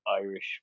Irish